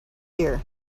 ear